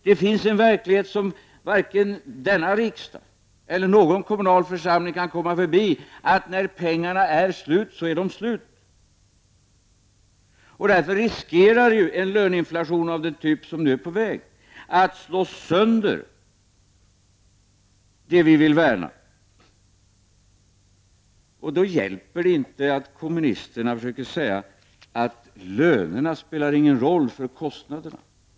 Det finns en verklighet som varken denna riksdag eller någon kommunal församling kan komma förbi. När pengarna är slut så är de slut. Därför riskerar en löneinflation av den typ som nu är på väg att slå sönder det vi vill värna. Då hjälper det inte att kommunisterna säger att lönerna inte spelar någon roll för kostnaderna.